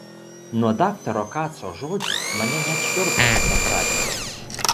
nuo daktaro kaco žodžių mane net šiurpas nukratė